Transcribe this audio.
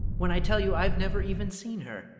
when i tell you i've never even seen her!